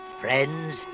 Friends